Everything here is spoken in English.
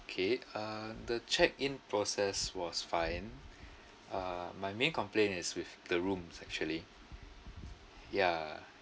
okay um the check in process was fine uh my main complaint is with the rooms actually ya